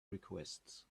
requests